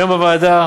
היום בוועדה,